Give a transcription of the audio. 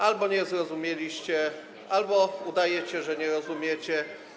Albo nie zrozumieliście, albo udajecie, że nie rozumiecie.